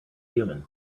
human